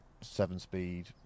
seven-speed